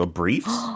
briefs